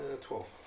twelve